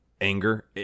anger